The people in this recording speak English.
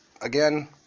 Again